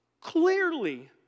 Clearly